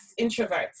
introverts